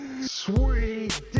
Sweet